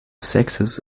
sexes